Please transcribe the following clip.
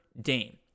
Dame